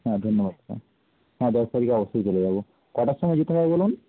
হ্যাঁ ধন্যবাদ হ্যাঁ দশ তারিখে অবশ্যই চলে যাব কটার সময় যেতে হবে বলুন